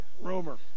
rumor